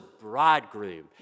bridegroom